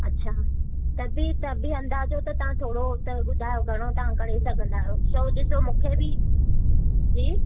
अच्छा त बि त बि अंदाजो त तव्हां थोरो त ॿुधायो घणो तव्हां करे सघंदा आहियो छो ॾिसो मूंखे बि जी